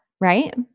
right